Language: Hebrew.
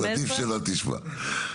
עדיף שלא תשמע.